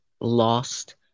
lost